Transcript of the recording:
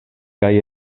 kaj